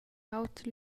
auter